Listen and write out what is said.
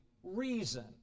reason